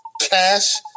cash